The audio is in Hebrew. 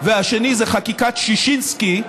והשני זה חקיקת ששינסקי,